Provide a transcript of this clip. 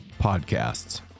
podcasts